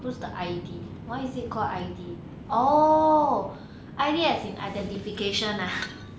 whose the I_D why is it called I_D orh I_D as in identification ah